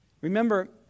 Remember